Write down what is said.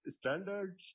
standards